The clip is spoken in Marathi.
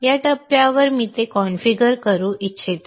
या टप्प्यावर मी ते कॉन्फिगर करू इच्छितो